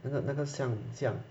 那个那个像像